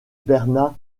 bernat